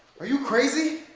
are you crazy?